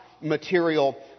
material